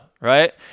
right